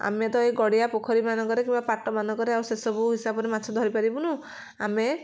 ଆମେ ତ ଏ ଗଡ଼ିଆ ପୋଖରୀ ମାନଙ୍କରେ କିମ୍ୱା ଏ ପାଟମାନଙ୍କରେ ସେ ସବୁ ହିସାବରେ ମାଛ ଧରି ପାରିବୁନୁ ଆମେ